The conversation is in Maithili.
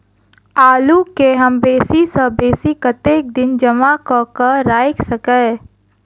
आलु केँ हम बेसी सऽ बेसी कतेक दिन जमा कऽ क राइख सकय